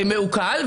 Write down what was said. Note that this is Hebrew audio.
מעוקל?